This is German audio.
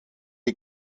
die